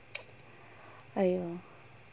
!aiyo!